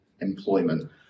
employment